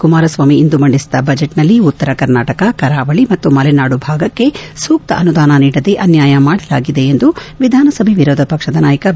ಕುಮಾರಸ್ವಾಮಿ ಇಂದು ಮಂದಿಸಿದ ಬಜೆಟ್ ನಲ್ಲಿ ಉತ್ತರ ಕರ್ನಾಟಕ ಕರಾವಳಿ ಹಾಗೂ ಮಲೆನಾಡು ಭಾಗಕ್ಕೆ ಸೂಕ್ತ ಅನುದಾನ ನೀಡದೆ ಅನ್ಯಾಯ ಮಾಡಲಾಗಿದೆ ಎಂದು ವಿಧಾನಸಭೆ ವಿರೋಧ ಪಕ್ಷದ ನಾಯಕ ಬಿ